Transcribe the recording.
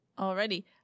Already